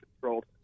controlled